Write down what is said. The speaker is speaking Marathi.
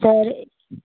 तर ए